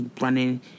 running